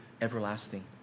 everlasting